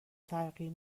تغییر